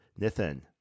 Nithin